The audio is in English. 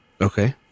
Okay